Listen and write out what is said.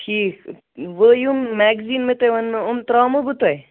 ٹھیٖک وۅنۍ یِم میگزیٖن مےٚ تۄہہِ ووٚنمو تِم ترٛٲومو بہٕ تۄہہِ